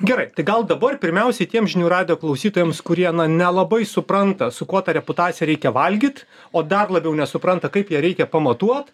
gerai tai gal dabar pirmiausiai tiems žinių radijo klausytojams kurie na nelabai supranta su kuo tą reputaciją reikia valgyt o dar labiau nesupranta kaip ją reikia pamatuot